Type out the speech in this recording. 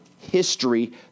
history